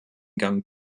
gang